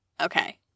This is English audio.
okay